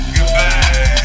Goodbye